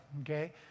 okay